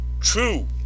true